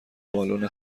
بالن